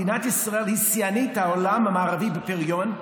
מדינת ישראל היא שיאנית העולם המערבי בפריון,